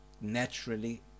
naturally